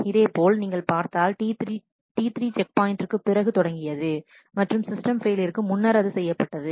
இதேபோல் நீங்கள் பார்த்தால் T3 செக் பாயின்ட்டிங்கிற்கு பிறகு தொடங்கியது மற்றும் சிஸ்டம் ஃபெயிலியருக்கு முன்னர் அது செய்யப்பட்டது